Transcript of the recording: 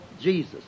Jesus